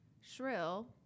shrill